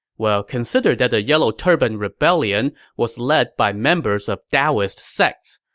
well, consider that the yellow turban rebellion was led by members of daoist sects.